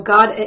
God